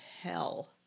hell